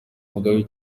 mugabe